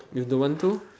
you don't want to